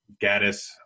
Gaddis